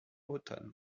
othon